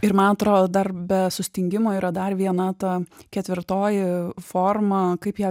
ir man atrodo dar be sustingimo yra dar viena ta ketvirtoji forma kaip ją